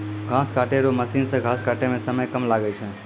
घास काटै रो मशीन से घास काटै मे समय कम लागै छै